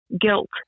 guilt